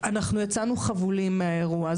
אנחנו יצאנו חבולים מהאירוע,